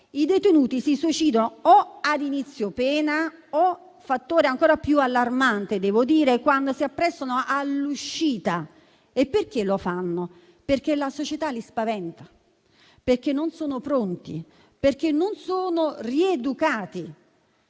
I detenuti si suicidano o all'inizio della pena o - fattore ancora più allarmante - quando si apprestano all'uscita e lo fanno perché la società li spaventa, perché non sono pronti, perché non sono rieducati.